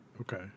Okay